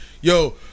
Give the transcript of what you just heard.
Yo